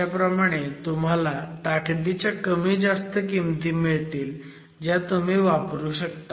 अशा प्रमाणे तुम्हाला ताकदीच्या कमी जास्त किमती मिळतील ज्या तुम्ही वापरू शकता